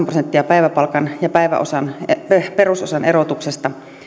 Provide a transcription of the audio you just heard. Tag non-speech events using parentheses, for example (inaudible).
(unintelligible) prosenttia päiväpalkan ja perusosan erotuksesta